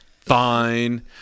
Fine